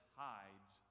hides